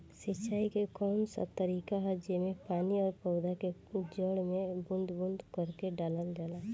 सिंचाई क कउन सा तरीका ह जेम्मे पानी और पौधा क जड़ में बूंद बूंद करके डालल जाला?